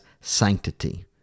sanctity